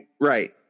Right